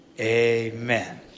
Amen